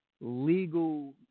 legal